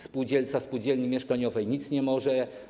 Spółdzielca spółdzielni mieszkaniowej nic nie może.